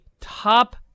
top